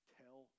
tell